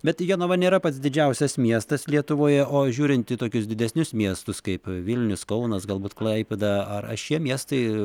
bet jonava nėra pats didžiausias miestas lietuvoje o žiūrint į tokius didesnius miestus kaip vilnius kaunas galbūt klaipėda ar ar šie miestai